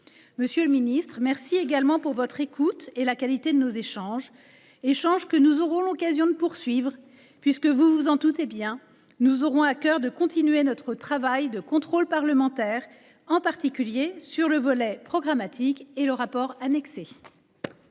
Monsieur le garde des sceaux, merci également pour votre écoute et la qualité de nos échanges, que nous aurons l’occasion de poursuivre, puisque, vous vous en doutez, nous aurons à cœur de prolonger notre travail de contrôle parlementaire, en particulier sur le volet programmatique et le rapport annexé.